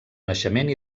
naixement